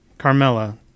Carmela